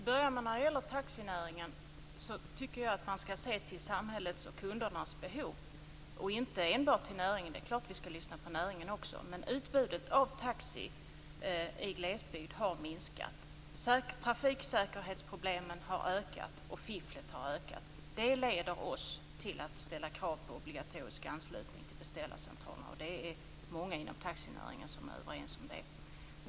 Fru talman! När det gäller taxinäringen tycker jag att man skall se till samhällets och kundernas behov och inte enbart till näringens. Det är klart att vi skall lyssna på näringen också. Utbudet av taxi i glesbygd har minskat. Trafiksäkerhetsproblemen har ökat och fifflet har ökat. Det leder oss till att ställa krav på obligatorisk anslutning till beställarcentral. Det är många inom taxinäringen som är överens om det.